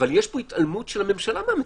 אבל יש פה התעלמות של הממשלה מהמציאות.